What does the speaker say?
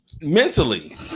Mentally